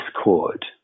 discord